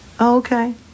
Okay